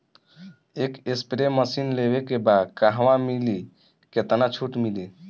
एक spray machine लेवे के बा कहवा मिली केतना छूट मिली?